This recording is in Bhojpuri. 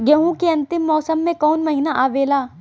गेहूँ के अंतिम मौसम में कऊन महिना आवेला?